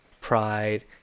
pride